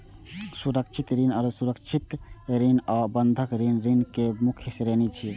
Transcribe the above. सुरक्षित ऋण, असुरक्षित ऋण आ बंधक ऋण ऋण केर मुख्य श्रेणी छियै